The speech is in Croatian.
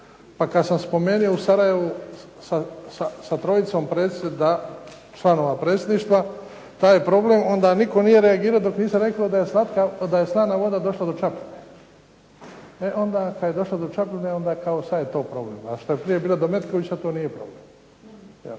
pa kada sam spomenuo u Sarajevu sa trojicom članova predsjedništva taj problem, onda nitko nije reagirao dok nisam rekao da je slana voda došla do Čapljine. E onda kad je došla do Čapljine onda je kao sad je to problem. A što je prije bila do Metkovića to nije problem